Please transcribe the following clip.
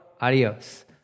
adios